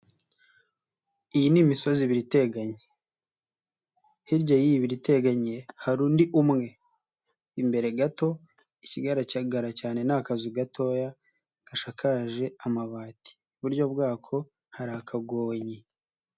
Iyi ni imisozi ibiri iteganye, hirya y'iyi ibiri iteganye hari undi umwe, imbere gato ikigaragara cyane ni akazu gatoya gashakaje amabati iburyo bwako hari akagonyi.